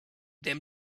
them